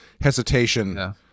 hesitation